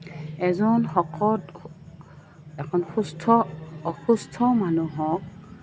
এজন শকত এখন সুস্থ অসুস্থ মানুহক